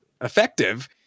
effective